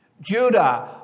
Judah